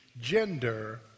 gender